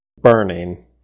burning